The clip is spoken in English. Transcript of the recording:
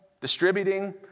distributing